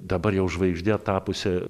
dabar jau žvaigžde tapusia